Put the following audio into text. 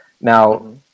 Now